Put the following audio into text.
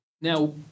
Now